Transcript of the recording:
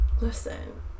Listen